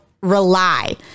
Rely